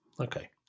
Okay